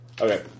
Okay